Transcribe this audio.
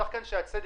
צריך כאן שהצדק